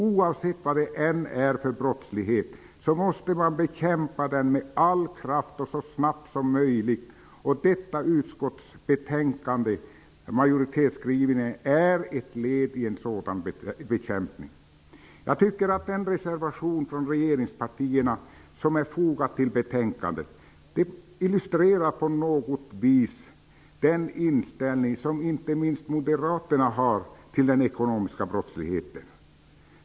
Oavsett vad det är för brottslighet, måste man bekämpa den med all kraft och så snabbt som möjligt. Majoritetsskrivningen i detta utskottsbetänkande är ett led i en sådan bekämpning. Jag tycker att den reservation från regeringspartierna som är fogad till detta betänkande på något vis illustrerar den inställning som inte minst Moderaterna har till ekonomisk brottslighet.